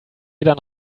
wieder